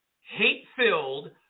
hate-filled